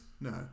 no